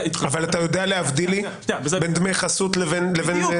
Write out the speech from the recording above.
אבל אתה יודע להבדיל בין דמי חסות לבין סחיטה?